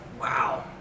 Wow